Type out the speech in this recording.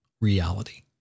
reality